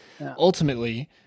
ultimately